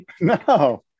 No